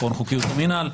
חוק חוקיות המנהל,